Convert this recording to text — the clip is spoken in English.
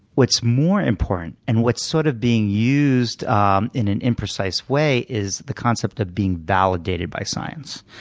what's more important, and what's sort of being used um in an imprecise way, is the concept of being validated by science.